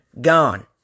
gone